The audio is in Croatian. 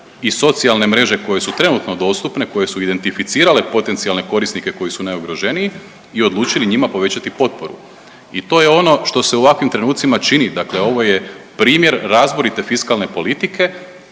i socijalne mreže koje su trenutno dostupne koje su identificirale potencijalne korisnike koji su najugroženiji i odlučili njima povećati potporu. I to je ono što se u ovakvim trenucima čini dakle ovo je primjer razborite fiskalne politike